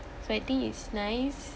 so I think is nice